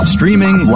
Streaming